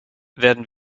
werden